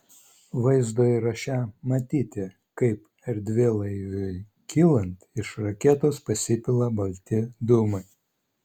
vaizdo įraše matyti kaip erdvėlaiviui kylant iš raketos pasipila balti dūmai